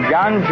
John